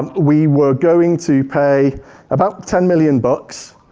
we were going to pay about ten million bucks